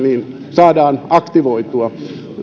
saadaan aktivoitua